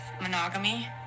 monogamy